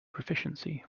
proficiency